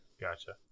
Gotcha